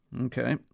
Okay